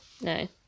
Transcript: no